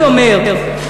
אני אומר: